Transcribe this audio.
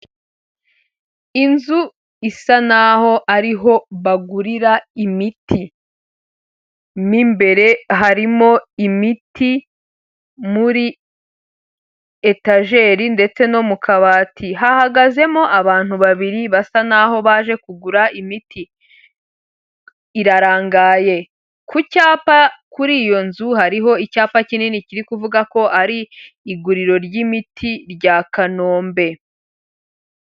Inzu isa n'aho ari ho bagurira imiti, mo imbere harimo imiti muri etajeri ndetse no mu kabati, hahagazemo abantu babiri basa n'aho baje kugura imiti, irarangaye, ku cyapa kuri iyo nzu hariho icyapa kinini kiri kuvuga ko ari iguriro ry'imiti rya Kanombe.